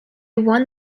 won